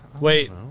Wait